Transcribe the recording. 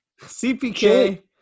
CPK